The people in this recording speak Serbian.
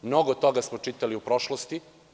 Mnogo toga smo čitali u prošlosti.